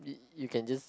you can just